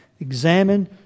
examine